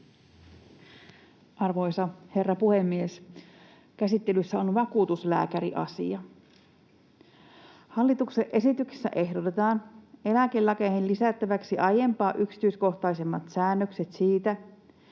Arvoisa herra puhemies! Käsittelyssä on vakuutuslääkäriasia. Hallituksen esityksessä ehdotetaan eläkelakeihin lisättäväksi aiempaa yksityiskohtaisemmat säännökset siitä, millä